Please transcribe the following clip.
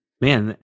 Man